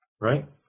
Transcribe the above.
Right